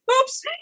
Oops